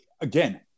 again